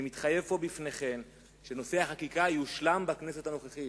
אני מתחייב בפניכן שנושא החקיקה יושלם בכנסת הנוכחית.